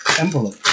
envelope